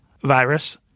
virus